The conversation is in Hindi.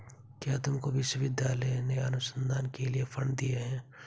क्या तुमको विश्वविद्यालय ने अनुसंधान के लिए फंड दिए हैं?